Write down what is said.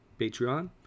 Patreon